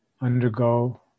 undergo